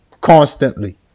Constantly